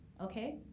Okay